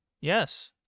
Yes